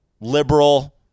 liberal